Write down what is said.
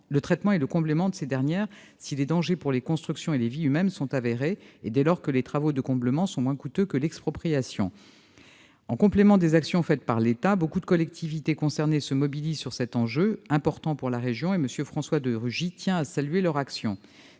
le traitement et le comblement de ces dernières, si les dangers pour les constructions et les vies humaines sont avérés et dès lors que les travaux de comblement sont moins coûteux que l'expropriation. En complément des actions faites par l'État, beaucoup de collectivités concernées se mobilisent sur cet enjeu important pour la région. M. François de Rugy tient à saluer leur action.